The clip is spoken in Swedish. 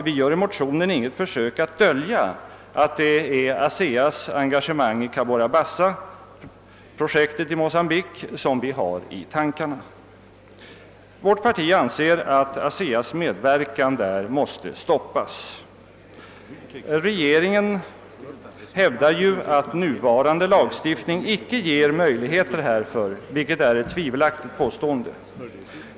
Vi gör i motionen inte något försök att dölja att det är ASEA:s engagemang i Cabora Bassa — projektet i Mocambique, som vi har i tankarna. Vårt parti anser att ASEA:s medverkan där måste stoppas. Regeringen hävdar ju att nuvarande lagstiftning icke ger möjligheter härför, vilket är ett tvivelaktigt påstående.